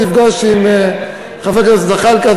אני נפגש עם חבר הכנסת זחאלקה.